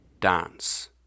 Dance